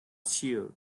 sure